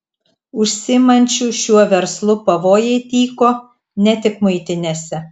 užsiimančių šiuo verslu pavojai tyko ne tik muitinėse